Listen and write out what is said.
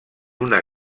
una